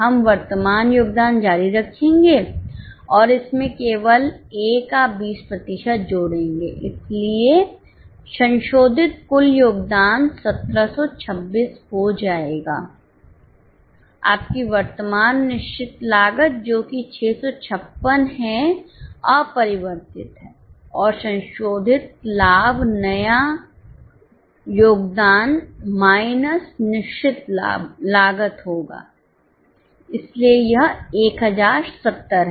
हम वर्तमान योगदान जारी रखेंगे और इसमें केवल ए का 20 प्रतिशत जोड़ेंगे इसलिए संशोधित कुल योगदान 1726 हो जाएगा आपकी वर्तमान निश्चित लागत जो कि 656 है अपरिवर्तित है और संशोधित लाभ नया योगदान माइनसनिश्चित लागत होगा इसलिएयह 1070 है